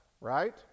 right